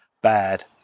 bad